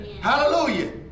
Hallelujah